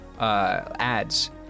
ads